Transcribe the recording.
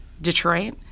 Detroit